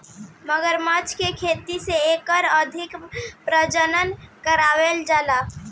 मगरमच्छ के खेती से एकर अधिक प्रजनन करावल जाला